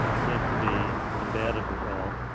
to be combative at all.